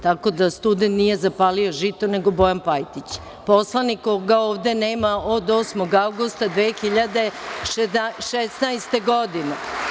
Tako da student nije zapalio žito, nego Bojan Pajtić, poslanik koga ovde nema od 8. avgusta 2016. godine.